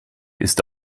ist